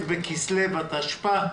כ"ט בכסלו התשפ"א.